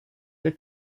für